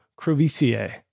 Crovisier